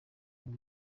ngo